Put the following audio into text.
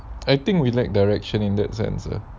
I think we liked direction in that sense ah